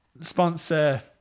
sponsor